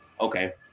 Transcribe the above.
Okay